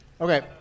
Okay